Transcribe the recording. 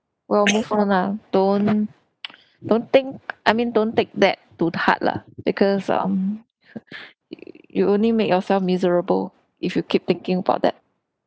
well move on lah don't don't think I mean don't take that to heart lah because um you only make yourself miserable if you keep thinking about that